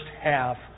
half